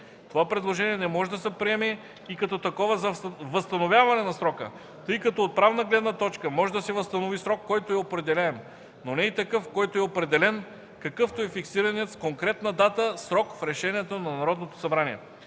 Това предложение не може да се приеме и като такова за възстановяване на срока, тъй като от правна гледна точка може да се възстанови срок, който е определяем, но не и такъв, който е определен, какъвто е фиксираният с конкретна дата срок в решението на Народното събрание.